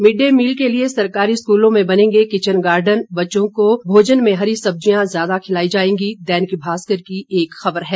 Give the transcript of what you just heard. mid day meal के लिये सरकारी स्कूलों में बनेंगे किचन गार्डन बच्चों को भोजन में हरी सब्जियां ज्यादा खिलाई जाएंगी दैनिक भास्कर की एक खबर है